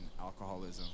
alcoholism